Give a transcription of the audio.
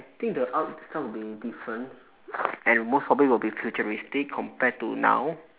I think the art style will be different and most probably will be futuristic compared to now